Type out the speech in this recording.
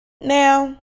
Now